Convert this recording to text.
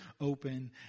open